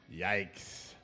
Yikes